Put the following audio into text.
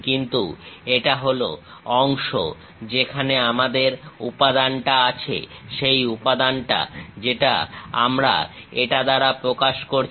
কিন্তু এটা হলো অংশ যেখানে আমাদের উপাদানটা আছে সেই উপাদানটা যেটা আমরা এটা দ্বারা প্রকাশ করছি